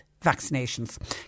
vaccinations